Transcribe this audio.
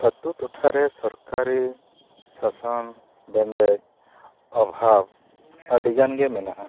ᱟᱛᱳ ᱴᱚᱴᱷᱟᱨᱮ ᱥᱚᱨᱠᱟᱨᱤ ᱥᱟᱥᱚᱱ ᱵᱚᱱᱫᱮᱡᱽ ᱚᱵᱷᱟᱵᱽ ᱟᱹᱰᱤᱜᱟᱱ ᱜᱮ ᱢᱮᱱᱟᱜᱼᱟ